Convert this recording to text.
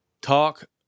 talk